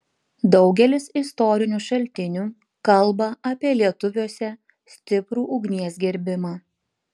daugelis istorinių šaltinių kalba apie lietuviuose stiprų ugnies gerbimą